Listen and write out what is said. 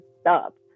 stop